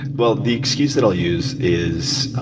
well, the excuse that i'll use is,